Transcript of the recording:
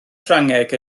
ffrangeg